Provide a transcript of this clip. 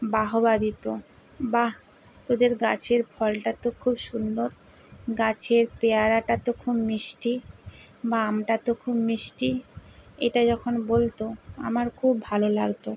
বাহবা দিতো বাহ তোদের গাছের ফলটা তো খুব সুন্দর গাছের পেয়ারাটা তো খুব মিষ্টি বা আমটা তো খুব মিষ্টি এটা যখন বলতো আমার খুব ভালো লাগতো